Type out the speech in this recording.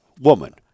woman